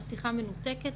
השיחה מנותקת,